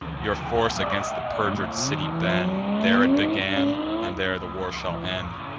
your force against the perjur'd city bend. there it began, and there the war shall end.